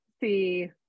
see